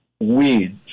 weeds